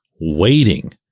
waiting